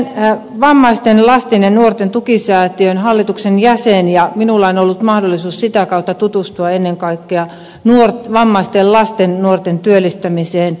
olen vammaisten lasten ja nuorten tukisäätiön hallituksen jäsen ja minulla on ollut mahdollisuus sitä kautta tutustua ennen kaikkea vammaisten lasten ja nuorten työllistämiseen